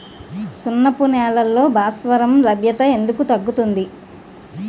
సున్నపు నేలల్లో భాస్వరం లభ్యత ఎందుకు తగ్గుతుంది?